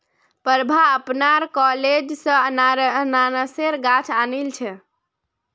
प्रभा अपनार कॉलेज स अनन्नासेर गाछ आनिल छ